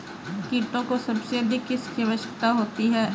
कीटों को सबसे अधिक किसकी आवश्यकता होती है?